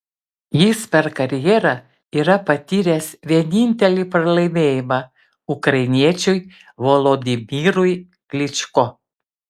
jis per karjerą yra patyręs vienintelį pralaimėjimą ukrainiečiui volodymyrui klyčko